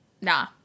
Nah